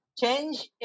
change